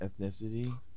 ethnicity